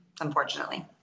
unfortunately